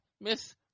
miss